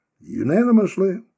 unanimously